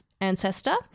ancestor